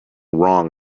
wrong